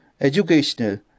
educational